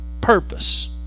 Purpose